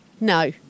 No